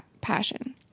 passion